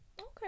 Okay